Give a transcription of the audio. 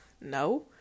No